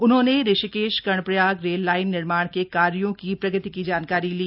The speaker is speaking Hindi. उन्होंने ऋषिकेश कर्णप्रयाग रेललाइन निर्माण के कार्यो की प्रगति की जानकारी ली